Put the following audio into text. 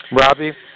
Robbie